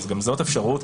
שגם זאת אפשרות,